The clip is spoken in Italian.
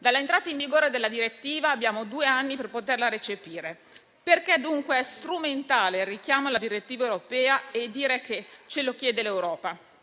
Dall'entrata in vigore della direttiva, abbiamo due anni per poterla recepire. Perché dunque è strumentale il richiamo alla direttiva europea e dire che ce lo chiede l'Europa?